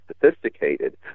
sophisticated